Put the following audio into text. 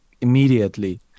immediately